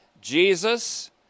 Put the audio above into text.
Jesus